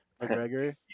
McGregor